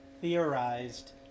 theorized